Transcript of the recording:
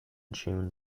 june